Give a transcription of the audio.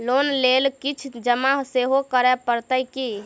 Loan लेल किछ जमा सेहो करै पड़त की?